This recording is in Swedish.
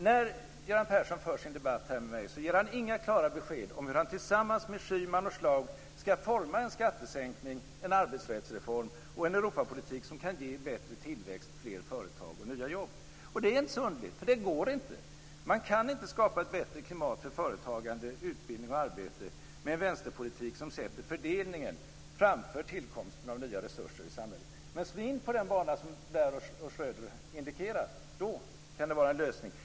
När Göran Persson för sin debatt här med mig ger han inga klara besked om hur han tillsammans med Schyman och Schlaug skall forma en skattesänkning, en arbetsrättsreform och en Europapolitik som kan ge bättre tillväxt, fler företag och nya jobb. Och det är inte så underligt - det går inte. Man kan inte skapa ett bättre klimat för företagande, utbildning och arbete med en vänsterpolitik som sätter fördelning framför tillkomsten av nya resurser i samhället. Men slå in på den bana som Blair och Schröder anvisar! Det kan leda till en lösning.